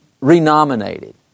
renominated